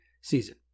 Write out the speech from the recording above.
season